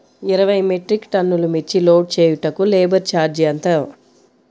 ఇరవై మెట్రిక్ టన్నులు మిర్చి లోడ్ చేయుటకు లేబర్ ఛార్జ్ ఎంత?